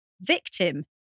victim